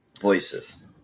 voices